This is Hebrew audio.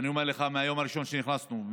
ואני אומר לך מהיום הראשון שנכנסנו,